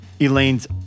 Elaine's